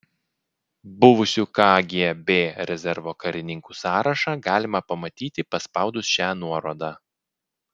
buvusių kgb rezervo karininkų sąrašą galima pamatyti paspaudus šią nuorodą